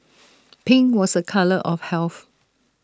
pink was A colour of health